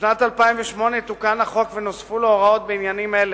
בשנת 2008 תוקן החוק ונוספו לו הוראות בעניינים אלה: